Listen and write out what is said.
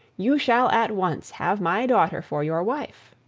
you shall at once have my daughter for your wife.